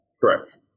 Correct